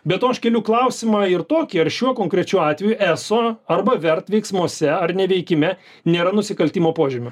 be to aš keliu klausimą ir tokį ar šiuo konkrečiu atveju eso arba vert veiksmuose ar neveikime nėra nusikaltimo požymių